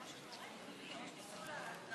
45 חברי כנסת.